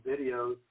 videos